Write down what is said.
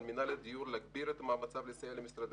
על מינהל התכנון להגביר את מאמציו לסייע למשרדי